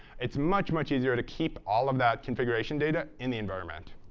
it's much, much easier to keep all of that configuration data in the environment.